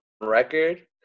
record